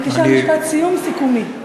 בבקשה, משפט סיום סיכומי.